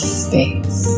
space